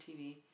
TV